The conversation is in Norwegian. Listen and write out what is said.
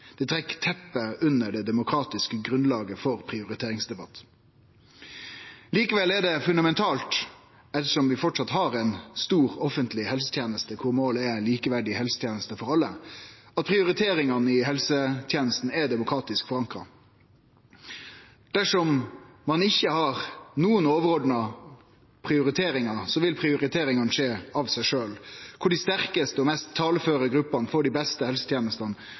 Det trekkjer teppet unna det demokratiske grunnlaget for ein prioriteringsdebatt. Likevel er det fundamentalt, ettersom vi framleis har ei stor offentleg helseteneste der målet er likeverdige helsetenester for alle, at prioriteringane i helsetenesta er demokratisk forankra. Dersom ein ikkje har nokon overordna prioriteringar, vil prioriteringane skje av seg sjølve, der dei sterkaste og mest taleføre gruppene får dei beste helsetenestene